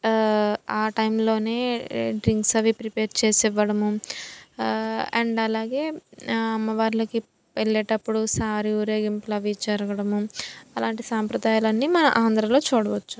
ఆ టైంలోనే డ్రింక్స్ అవి ప్రిపేర్ చేసివ్వడము అండ్ అలాగే అమ్మవార్లకి వెళ్ళేటప్పుడు సారె ఊరేగింపులు అవి జరగడము అలాంటి సంప్రదాయాలన్నీ మన ఆంధ్రలో చూడవచ్చు